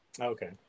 Okay